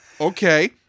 Okay